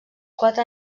quatre